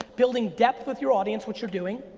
building depth with your audience, which you're doing,